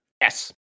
yes